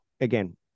again